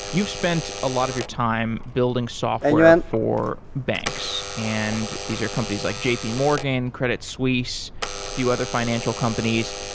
you've spent a lot of your time building software for banks and these are companies like jp yeah morgan, credit suisse, a few other financial companies,